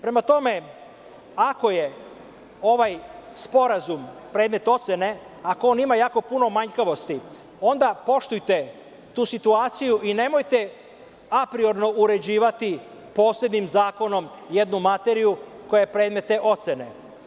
Prema tome, ako je ovaj sporazum predmet ocene, ako on ima jako puno manjkavosti onda poštujte tu situaciju i nemojte apriorno uređivati posebnim zakonom jednu materiju koja je predmet ocene.